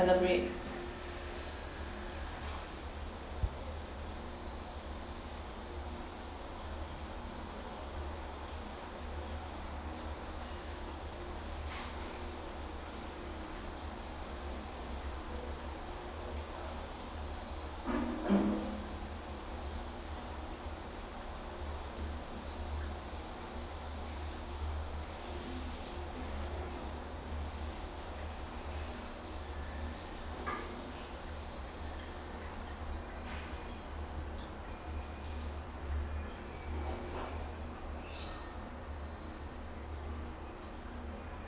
celebrate